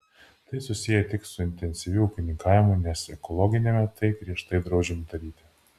tai susiję tik su intensyviu ūkininkavimu nes ekologiniame tai griežtai draudžiama daryti